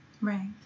Right